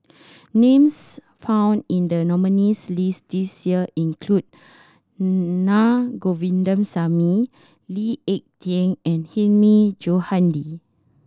names found in the nominees' list this year include Na Govindasamy Lee Ek Tieng and Hilmi Johandi